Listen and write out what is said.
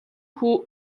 хүү